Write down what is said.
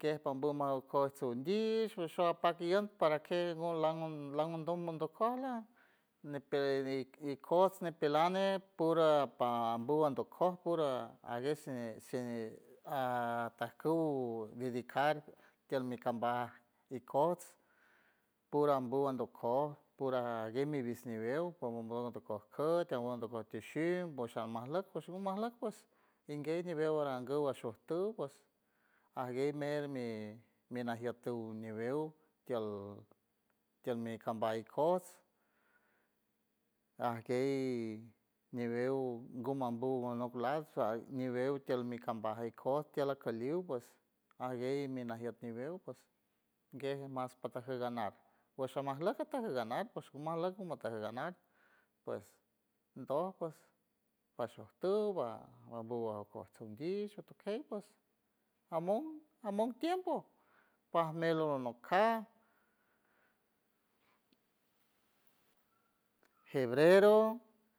guej pambo maw kojts undish usha apac ient para que ngo la- la- langondom mondocor laj nepe i- ikojts nepelan nej pur par ambuw andokoj pur ajgue shi ajtajkuw dedicar tiel mi kambaj ikojts pur ambuw andokoj pur aj ajgue mis mibew por mibew küt, ajdocon tishum pues algumaslak pues ngomaslak pues nguiey ñibew aranguw ashujtuw ajgue mer mi minajier ñiwew tiel tiel mi kambaj ikojts ajguey ñiwew ngo mambu anok lad sha ñiwew tiel mi kambaj ikojts tiel akaliw pues ajguey mi najiet ñiwew ps guej mas pata ju ganar pues amajlac ps aj gataganar umajleck ajgataganar pues ndock ps pashuj tu va ambuw a shonguich ajtukey ps ajmon ajmon tiempo pajmelo nocajts, febrero.